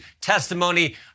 testimony